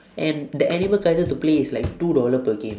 and the animal kaiser to play is like two dollar per game